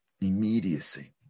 immediacy